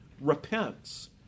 repents